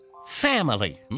family